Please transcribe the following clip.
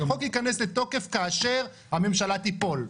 החוק ייכנס לתוקף כאשר הממשלה תיפול,